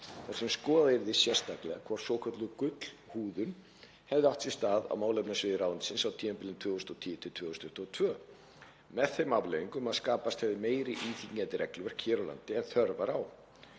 þar sem skoðað yrði sérstaklega hvort svokölluð „gullhúðun“ hefði átt sér stað á málefnasviði ráðuneytisins á tímabilinu 2010–2022 með þeim afleiðingum að skapast hefði meira íþyngjandi regluverk hér á landi ef þörf var á.